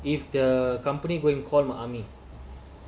if the company going call mummy